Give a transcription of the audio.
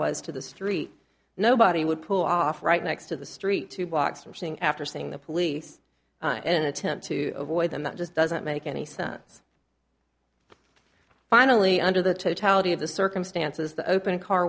was to the street nobody would pull off right next to the street two blocks from seeing after seeing the police an attempt to avoid them that just doesn't make any sense finally under the totality of the circumstances the open car